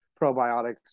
probiotics